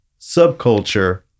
subculture